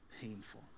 painful